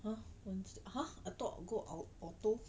!huh! wednesday !huh! I thought go ORTO